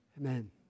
Amen